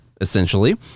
essentially